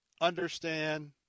understand